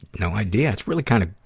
no idea. it's really kind of